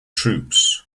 troops